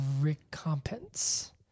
recompense